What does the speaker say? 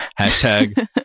Hashtag